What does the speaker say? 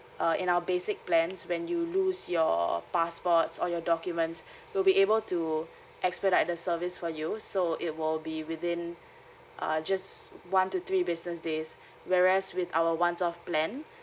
uh in our basic plans when you lose your passport or your documents we'll be able to expedite the service for you so it will be within uh just one to three business days whereas with our one off plan